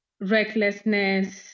recklessness